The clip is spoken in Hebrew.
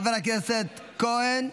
חבר הכנסת כהן,